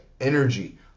Energy